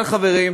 אבל, חברים,